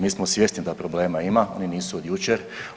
Mi smo svjesni da problema ima, oni nisu od jučer.